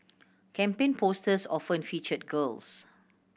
campaign posters often featured girls